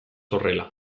horrela